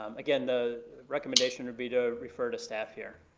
um again, the recommendation would be to refer to staff here.